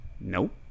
Nope